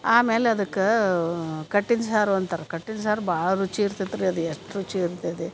ಆಮೇಲೆ ಅದಕ್ಕೆ ಕಟ್ಟಿನ ಸಾರು ಅಂತಾರ ಕಟ್ಟಿನ ಸಾರು ಭಾಳ ರುಚಿ ಇರ್ತೆತ್ರಿ ಅದು ಎಷ್ಟು ರುಚಿ ಇರ್ತೇತಿ